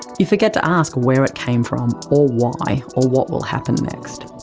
you forget to ask where it came from, or why, or what will happen next.